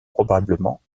probablement